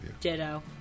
Ditto